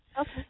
Okay